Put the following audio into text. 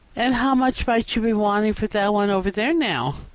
and how much might you be wanting for that one over there, now?